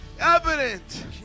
evident